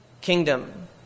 kingdom